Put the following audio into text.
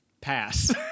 pass